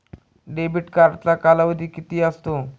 Debit कार्डचा कालावधी किती असतो?